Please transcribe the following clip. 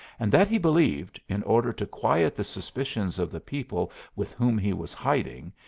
and that he believed, in order to quiet the suspicions of the people with whom he was hiding,